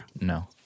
No